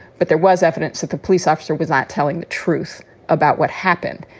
but there was evidence that the police officer was not telling the truth about what happened.